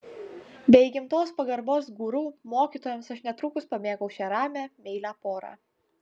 be įgimtos pagarbos guru mokytojams aš netrukus pamėgau šią ramią meilią porą